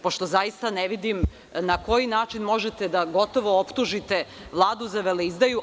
Pošto zaista ne vidim na koji način možete da gotovo optužite Vladu za veleizdaju.